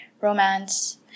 romance